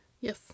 Yes